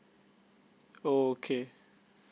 okay